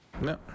No